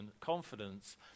confidence